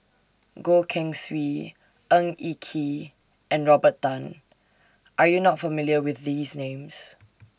Goh Keng Swee Ng Eng Kee and Robert Tan Are YOU not familiar with These Names